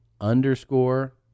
underscore